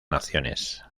naciones